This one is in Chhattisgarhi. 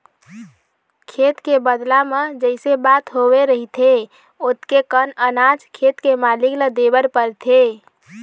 खेत के बदला म जइसे बात होवे रहिथे ओतके कन अनाज खेत के मालिक ल देबर परथे